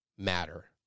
Matter